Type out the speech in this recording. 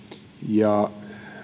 ja